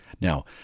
Now